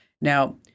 Now